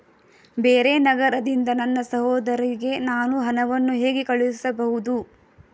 ಬೇರೆ ನಗರದಿಂದ ನನ್ನ ಸಹೋದರಿಗೆ ನಾನು ಹಣವನ್ನು ಹೇಗೆ ಕಳುಹಿಸಬಹುದು?